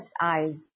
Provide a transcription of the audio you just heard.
eyes